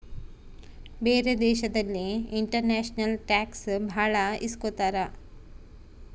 ಬೇರೆ ದೇಶದಲ್ಲಿ international tax ಭಾಳ ಇಸ್ಕೊತಾರ